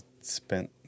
spent